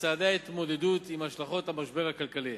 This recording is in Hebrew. בצעדי ההתמודדות עם השלכות המשבר הכלכלי.